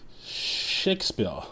shakespeare